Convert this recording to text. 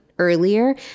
Earlier